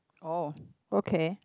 oh okay